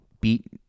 beat